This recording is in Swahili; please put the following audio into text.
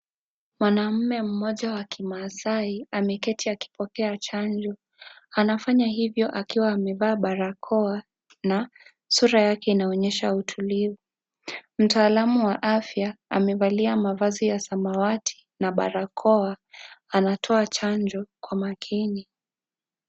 Mwanaume mmoja wa kimaasai ameketi akipokea chanjo. Anafanya hivyo akiwa amevaa barakoa na sura yake inaonyesha utulivu. Mtaalamu wa afya amevalia mavazi ya samawati na barakoa, anatoa chanjo kwa makini.